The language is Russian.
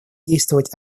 действовать